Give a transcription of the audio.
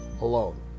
alone